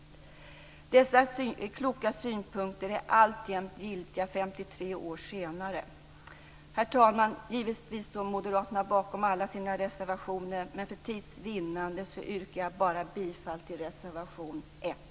Dessa kloka synpunkter är alltjämt giltiga 53 år senare. Herr talman! Givetvis står moderaterna bakom alla sina reservationer, men för tids vinnande yrkar jag bifall bara till reservation 1.